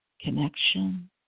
connection